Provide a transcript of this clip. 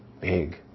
big